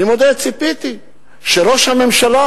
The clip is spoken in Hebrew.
אני מודה, ציפיתי שראש הממשלה